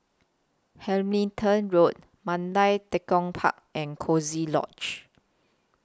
Hamilton Road Mandai Tekong Park and Coziee Lodge